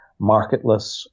marketless